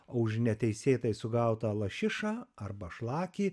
o už neteisėtai sugautą lašišą arba šlakį